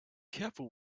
careful